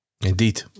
Indeed